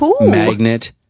magnet